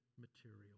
material